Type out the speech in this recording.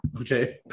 Okay